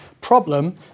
problem